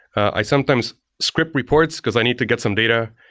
i sometimes script reports, because i need to get some data.